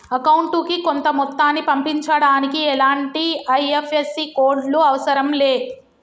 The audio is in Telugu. అకౌంటుకి కొంత మొత్తాన్ని పంపించడానికి ఎలాంటి ఐ.ఎఫ్.ఎస్.సి కోడ్ లు అవసరం లే